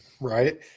Right